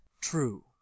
true